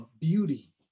beauty